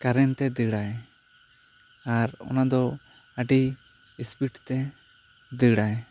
current ᱛᱮ ᱫᱟᱹᱲᱟᱭ ᱟᱨ ᱚᱱᱟᱫᱚ ᱟᱹᱰᱤ ᱤᱥᱯᱤᱰ ᱛᱮ ᱫᱟᱹᱲᱟᱭ